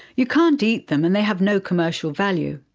you can't eat them and they have no commercial value.